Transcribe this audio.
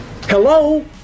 Hello